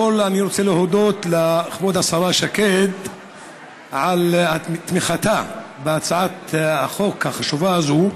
אני רוצה להודות לכבוד השרה שקד על תמיכתה בהצעת החוק החשובה הזאת.